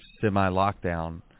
semi-lockdown